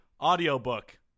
audiobook